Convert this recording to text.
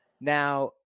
now